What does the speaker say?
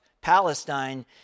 Palestine